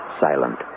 Silent